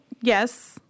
yes